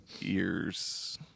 ears